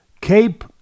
Cape